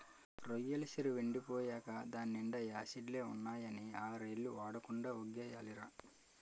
రొయ్యెల సెరువెండి పోయేకా దాన్నీండా యాసిడ్లే ఉన్నాయని ఆర్నెల్లు వాడకుండా వొగ్గియాలిరా